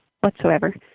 whatsoever